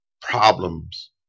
problems